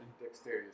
dexterous